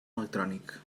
electrònic